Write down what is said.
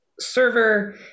server